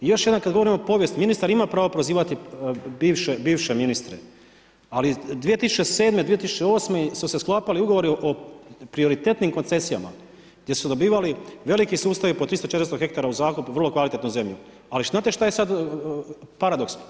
I još jednom kad govorimo o povijesti, ministar ima pravo prozivati bivše ministre ali 2007., 2008. su se sklapali ugovori o prioritetnim koncesijama gdje su dobivali velike sustavi po 300, 400 hektara u zakup vrlo kvalitetnu zemlju, ali znate šta je sad paradoks?